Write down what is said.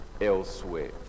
elsewhere